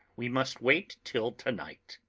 we must wait till to-night.